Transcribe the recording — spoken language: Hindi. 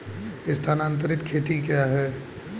स्थानांतरित खेती क्या है?